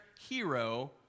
hero